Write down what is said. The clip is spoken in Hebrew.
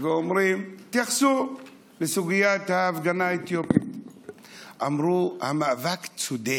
התייחסו לסוגיית ההפגנה האתיופית ואמרו: המאבק צודק,